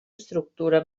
estructura